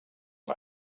amb